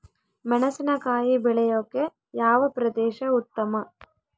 ಮೆಣಸಿನಕಾಯಿ ಬೆಳೆಯೊಕೆ ಯಾವ ಪ್ರದೇಶ ಉತ್ತಮ?